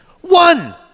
One